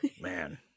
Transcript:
Man